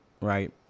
right